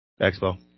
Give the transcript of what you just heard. expo